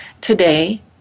today